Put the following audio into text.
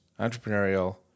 Entrepreneurial